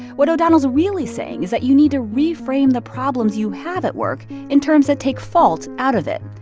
what o'donnell's really saying is that you need to reframe the problems you have at work in terms that take fault out of it.